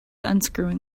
unscrewing